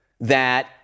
that-